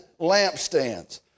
lampstands